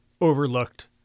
overlooked